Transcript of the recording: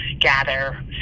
gather